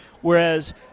whereas